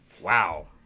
wow